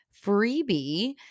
freebie